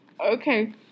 Okay